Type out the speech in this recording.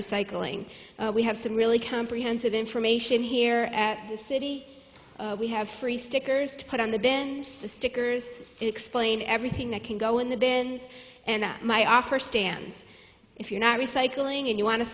recycling we have some really comprehensive information here at the city we have free stickers to put on the bins the stickers explain everything that can go in the bins and my offer stands if you're not recycling and you wan